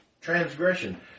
Transgression